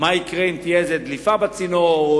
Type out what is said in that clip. תהיה איזו דליפה בצינור,